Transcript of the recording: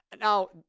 Now